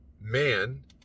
man